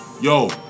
yo